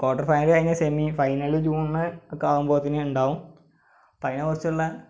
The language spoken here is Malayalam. കോട്ടര് ഫൈനല് കഴിഞ്ഞ് സെമി ഫൈനല് ജൂണൊക്കെ ആവുമ്പത്തേക്ക് ഉണ്ടാവും അപ്പോൾ അതിനെ കുറിച്ചുള്ള